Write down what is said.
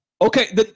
Okay